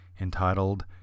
entitled